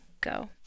go